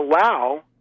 allow